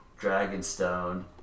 Dragonstone